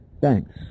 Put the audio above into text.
Thanks